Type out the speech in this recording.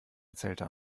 erzählte